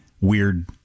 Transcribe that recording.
weird